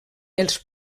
els